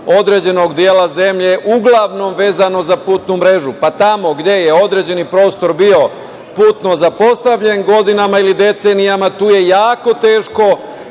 određenog dela zemlje uglavnom vezano za putnu mrežu, pa tamo gde je određeni prostor bio putno zapostavljen godinama ili decenijama, tu je jako teško